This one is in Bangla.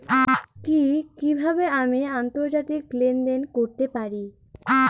কি কিভাবে আমি আন্তর্জাতিক লেনদেন করতে পারি?